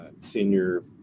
senior